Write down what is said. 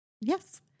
yes